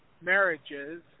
marriages